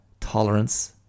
Tolerance